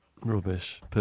Rubbish